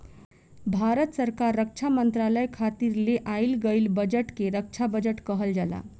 भारत सरकार रक्षा मंत्रालय खातिर ले आइल गईल बजट के रक्षा बजट कहल जाला